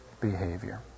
behavior